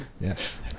Yes